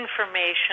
information